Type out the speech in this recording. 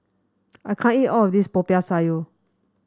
I can't eat all of this Popiah Sayur